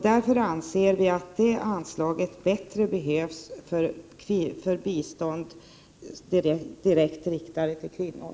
Vi anser därför att anslaget bättre behövs för bistånd direkt riktade till kvinnor.